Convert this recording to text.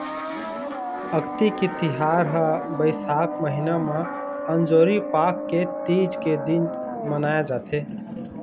अक्ती के तिहार ह बइसाख महिना म अंजोरी पाख के तीज के दिन मनाए जाथे